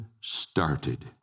started